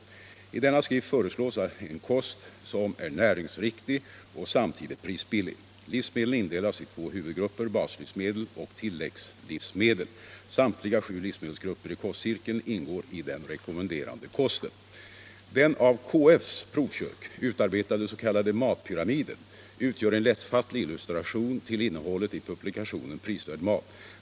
I denna skrift föreslås en kost som är näringsriktig och samtidigt prisbillig. Livsmedlen indelas i två huvudgrupper, baslivsmedel och tilläggslivsmedel. Samtliga sju livsmedelsgrupper i kostcirkeln ingår i den rekommenderade kosten. Den av KF:s provkök utarbetade s.k. matpyramiden utgör en lättfattlig illustration till innehållet i publikationen Prisvärd mat.